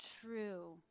true